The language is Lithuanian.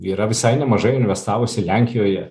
yra visai nemažai investavusi lenkijoje